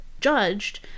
judged